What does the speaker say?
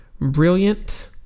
brilliant